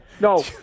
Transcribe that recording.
No